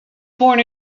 born